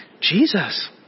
Jesus